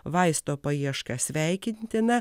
vaisto paieška sveikintina